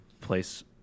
place